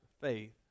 faith